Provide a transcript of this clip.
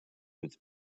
with